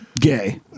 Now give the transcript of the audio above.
gay